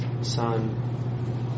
Son